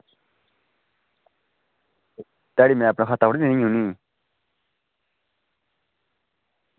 ध्याड़ी में अपने खाता थोह्ड़े देनी उ'नेंगी